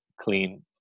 clean